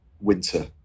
winter